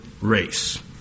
race